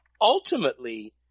ultimately